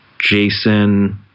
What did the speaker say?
Jason